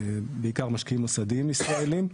בעיקר משקיעים מוסדיים ישראלים,